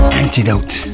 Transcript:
antidote